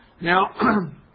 Now